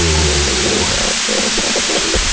i don't think was a serious question,